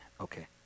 okay